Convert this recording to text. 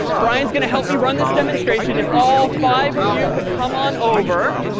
brian's going to help me run this demonstration. if all five of you could come on over,